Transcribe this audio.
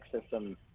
system